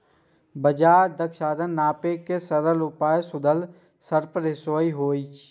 बाजार दक्षताक नापै के सरल उपाय सुधरल शार्प रेसियो होइ छै